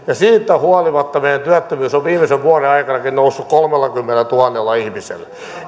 ja siitä huolimatta meidän työttömyys on viimeisen vuodenkin aikana noussut kolmellakymmenellätuhannella ihmisellä